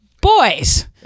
boys